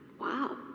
wow